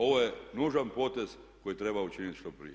Ovo je nužan potez koji treba učiniti što prije.